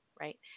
right